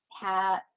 hat